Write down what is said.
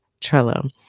trello